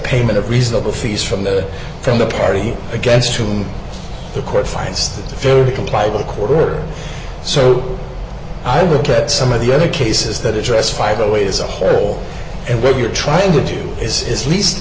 payment of reasonable fees from the from the perry against who the court finds that very complied with a court order so i look at some of the other cases that address five away as a whole and what you're trying to do is is least